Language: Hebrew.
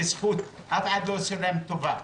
בזכות, אף אחד לא עושה להם טובה.